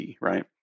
right